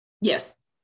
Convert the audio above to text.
Yes